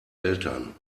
eltern